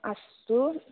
अस्तु